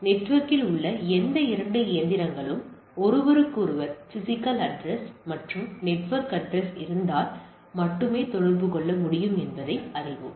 நெட்வொர்க்கில் உள்ள எந்த 2 இயந்திரங்களும் ஒருவருக்கொருவர் பிஸிக்கல் அட்ரஸ் மற்றும் நெட்வொர்க் அட்ரஸ் இருந்தால் மட்டுமே தொடர்பு கொள்ள முடியும் என்பதை அறிவோம்